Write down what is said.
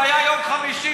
זה היה יום חמישי,